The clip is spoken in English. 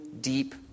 deep